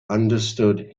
understood